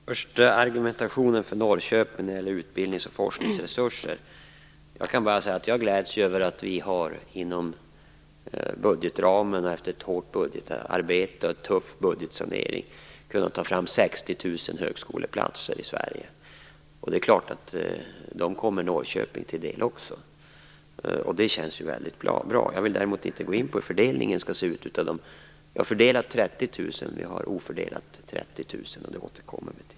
Fru talman! För det första vill jag ta upp argumentationen för Norrköping när det gäller utbildningsoch forskningsresurser. Jag kan bara säga att jag gläds över att vi inom budgetramen, efter ett hårt budgetarbete och en tuff budgetsanering, har kunnat ta fram 60 000 högskoleplatser i Sverige. Det är klart att de kommer också Norrköping till del. Det känns väldigt bra. Jag vill däremot inte gå in på hur fördelningen skall se ut. Vi har fördelat 30 000 platser, och 30 000 är ofördelade, och det återkommer vi till.